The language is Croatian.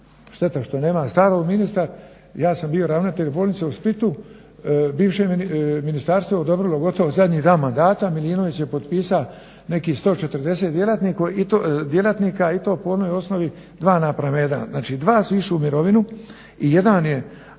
šteta što nema … ministar, ja sam bio ravnatelj bolnice u Splitu, bivše ministarstvo je odobrilo gotovo zadnji dan mandata, Milinović je potpisao nekih 140 djelatnika i to po onoj osnovi 2:1. Znači dva su išla u mirovinu i jedan je,